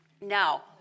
Now